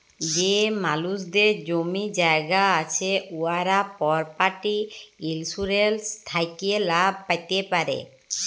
যে মালুসদের জমি জায়গা আছে উয়ারা পরপার্টি ইলসুরেলস থ্যাকে লাভ প্যাতে পারে